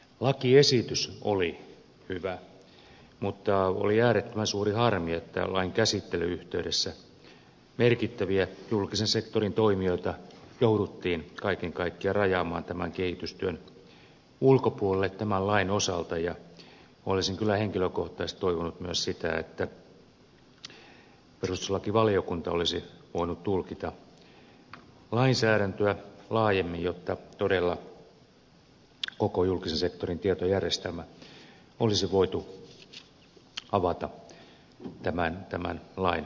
lakiesitys oli hyvä mutta oli äärettömän suuri harmi että lain käsittelyn yhteydessä merkittäviä julkisen sektorin toimijoita jouduttiin kaiken kaikkiaan rajaamaan tämän kehitystyön ulkopuolelle tämän lain osalta ja olisin kyllä henkilökohtaisesti toivonut myös sitä että perustuslakivaliokunta olisi voinut tulkita lainsäädäntöä laajemmin jotta todella koko julkisen sektorin tietojärjestelmä olisi voitu avata tämän lain kera